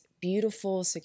beautiful